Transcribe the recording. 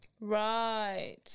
Right